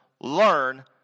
Learn